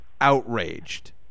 outraged